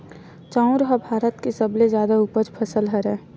चाँउर ह भारत के सबले जादा उपज फसल हरय